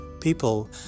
people